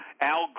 Al